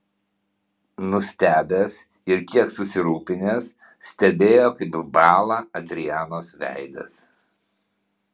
nustebęs ir kiek susirūpinęs stebėjo kaip bąla adrianos veidas